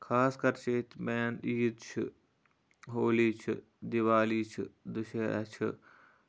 خاص کر چھِ ییٚتہِ مین عیٖد چھِ ہولی چھِ دیوالی چھِ دَسیرا چھُ